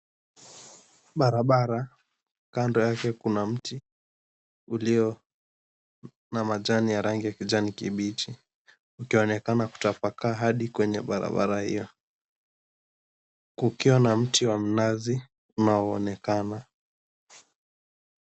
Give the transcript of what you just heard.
Barabara kando yake kuna mti uliona majani ya kijani kibichi, ukionekana kutapakaa hadi kwenye barabara hiyo. Kukiwa na mti wa mnazi unaoonekana.